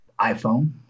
iPhone